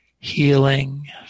Healing